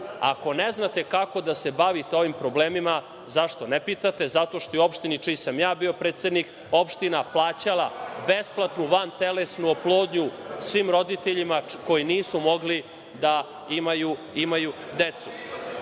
ako ne znate kako da se bavite ovim problemima, zašto ne pitate. Zato što je u opštini čiji sam ja bio predsednik opština plaćala besplatnu vantelesnu oplodnju svim roditeljima koji nisu mogli da imaju